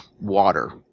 water